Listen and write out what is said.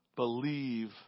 Believe